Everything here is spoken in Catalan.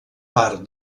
part